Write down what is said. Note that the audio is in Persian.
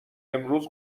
امروز